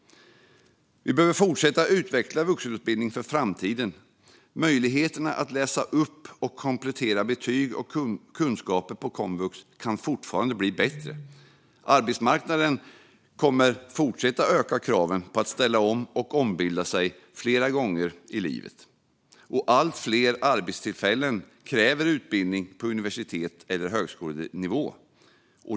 Vi behöver fortsätta utveckla vuxenutbildningen för framtiden. Möjligheterna att läsa upp och komplettera betyg och kunskaper på komvux kan fortfarande bli bättre. Arbetsmarknaden kommer att fortsätta öka kraven på att ställa om och ombilda sig flera gånger i livet. Allt fler arbetstillfällen kräver utbildning på universitets eller högskolenivå.